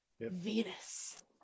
Venus